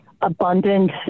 abundant